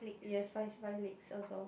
yes mine is five legs also